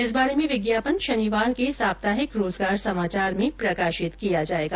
इस बारे में विज्ञापन शनिवार के साप्ताहिक रोजगार समाचार में प्रकाशित किया जायेगा